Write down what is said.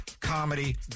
comedy